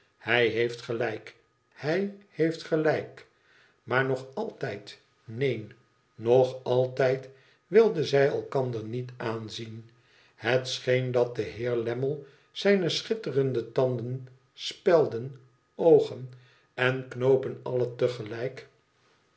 hij heeft gelijk hij heeft gelijk nlaar nog idtijd neen nog altijd wilden zij elkander niet aanzien het scheen dat de heer lammie zijne schitterende tanden spelden oogen en knoopen alle